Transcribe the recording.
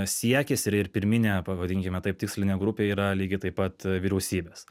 siekis ir ir pirminė pavadinkime taip tikslinė grupė yra lygiai taip pat vyriausybės